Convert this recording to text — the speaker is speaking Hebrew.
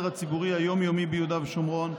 הציבורי היום-יומי ביהודה ושומרון.